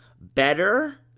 better